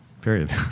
period